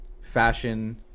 fashion